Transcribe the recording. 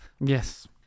Yes